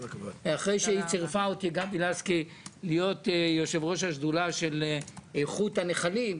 אחרי שצירפה אותי גבי לסקי להיות יושב-ראש השדולה של איכות הנחלים,